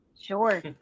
sure